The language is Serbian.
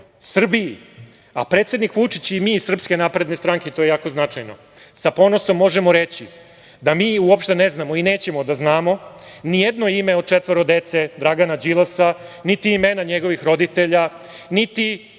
Srbiji. Predsednik Vučić i mi iz SNS, to je jako značajno, sa ponosom možemo reći da mi uopšte ne znamo i nećemo da znamo nijedno ime od četvoro dece Dragana Đilasa, niti imena njihovih roditelja, niti